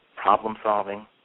problem-solving